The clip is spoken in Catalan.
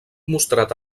mostrat